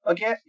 Okay